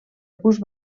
gust